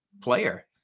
player